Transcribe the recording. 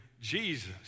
Jesus